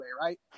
right